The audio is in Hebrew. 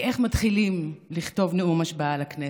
כי איך מתחילים לכתוב נאום השבעה לכנסת?